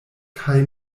kaj